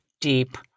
deep